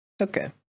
Okay